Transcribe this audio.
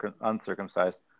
uncircumcised